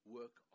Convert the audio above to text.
work